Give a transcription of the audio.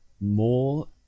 more